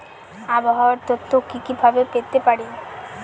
আবহাওয়ার তথ্য কি কি ভাবে পেতে পারি?